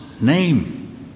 name